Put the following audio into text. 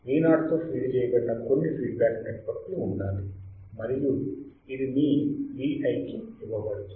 Vo తో feed చేయబడిన కొన్ని ఫీడ్బ్యాక్ నెట్వర్క్ లు ఉండాలి మరియు ఇది మీ Vi కి ఇవ్వబడుతుంది